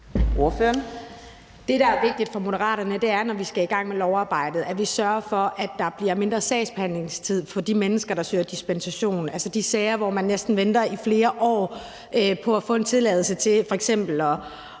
Det, der er vigtigt for Moderaterne, er, at vi, når vi skal i gang med lovarbejdet, sørger for, at der bliver mindre sagsbehandlingstid for de mennesker, der søger dispensation, altså i de sager, hvor man næsten venter i flere år på at få en tilladelse til f.eks.